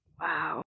Wow